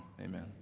Amen